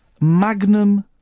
magnum